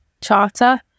Charter